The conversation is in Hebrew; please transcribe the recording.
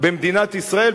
במדינת ישראל.